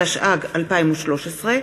התשע"ג 2013,